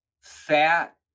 fat